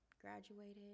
Graduated